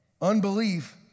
Unbelief